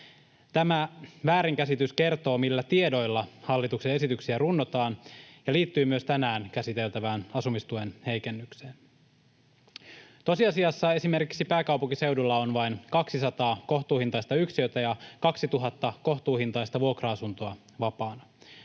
Tämä väärinkäsitys kertoo, millä tiedoilla hallituksen esityksiä runnotaan, ja liittyy myös tänään käsiteltävään asumistuen heikennykseen. Tosiasiassa esimerkiksi pääkaupunkiseudulla on vain 200 kohtuuhintaista yksiötä ja 2 000 kohtuuhintaista vuokra-asuntoa vapaana.